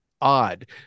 odd